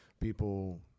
people